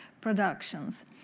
productions